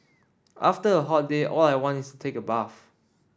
after a hot day all I want is take a bath